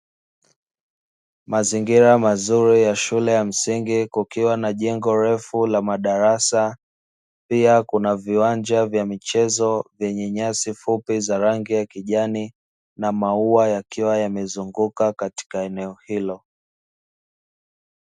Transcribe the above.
Mazingira mazuri ya shule ya msingi kukiwa na jengo refu la madarasa, pia kuna viwanja vya michezo vyenye nyasi fupi za rangi ya kijani na maua, yakiwa yamezunguka katika eneo hilo.